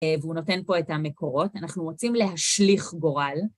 והוא נותן פה את המקורות, אנחנו רוצים להשליך גורל.